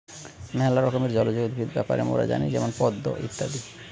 ম্যালা রকমের জলজ উদ্ভিদ ব্যাপারে মোরা জানি যেমন পদ্ম ইত্যাদি